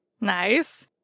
Nice